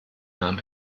nahm